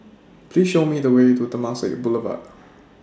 Please Show Me The Way to Temasek Boulevard